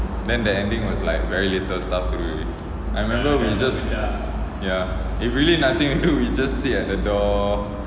then the ending was like very little stuff to do already I remember we just ya if really nothing do we just sit at the door